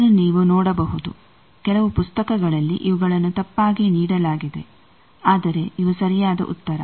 ಇದನ್ನು ನೀವು ನೋಡಬಹುದು ಕೆಲವು ಪುಸ್ತಕಗಳಲ್ಲಿ ಇವುಗಳನ್ನು ತಪ್ಪಾಗಿ ನೀಡಲಾಗಿದೆ ಆದರೆ ಇವು ಸರಿಯಾದ ಉತ್ತರ